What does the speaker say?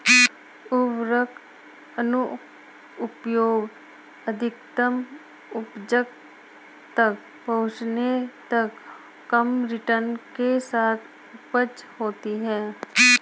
उर्वरक अनुप्रयोग अधिकतम उपज तक पहुंचने तक कम रिटर्न के साथ उपज होती है